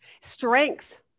Strength